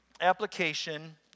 application